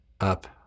up